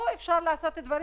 כך אפשר לעשות גם פה,